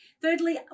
Thirdly